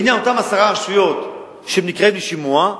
בעניין אותם עשרה ראשי רשויות שהם נקראים לשימוע,